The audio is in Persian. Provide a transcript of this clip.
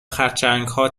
خرچنگها